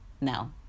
no